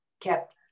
kept